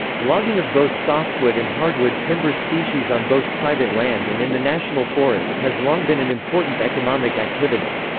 logging of both softwood and hardwood timber species on both private land and in the national forests has long been an important economic activity.